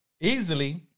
easily